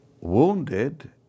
Wounded